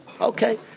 Okay